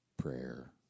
Prayer